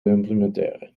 implementeren